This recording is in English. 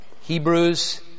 Hebrews